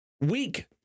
weak